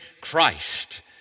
Christ